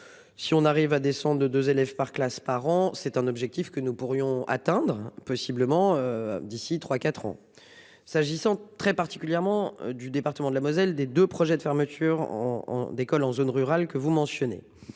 Si on arrive à des descendre de 2 élèves par classe par an, c'est un objectif que nous pourrions atteindre possiblement d'ici 3 4 ans s'agissant très particulièrement du département de la Moselle des 2 projets de fermeture en en d'école en zone rurale que vous mentionnez.